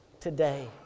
today